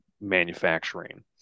manufacturing